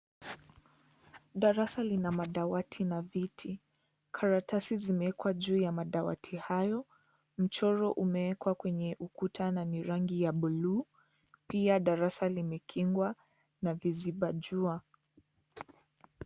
Darasa lina madwati na viti karatasi zimewekwa juu ya madawati hayo, mchoro umeekwa kwenye ukuta na ni ya bluu na pia darasa limekingwa na viziba jua.